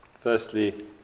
Firstly